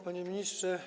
Panie Ministrze!